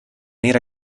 era